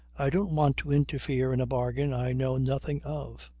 i don't want to interfere in a bargain i know nothing of.